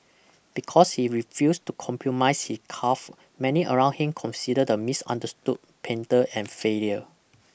because he refused to compromise his craft many around him considered the misunderstood painter and failure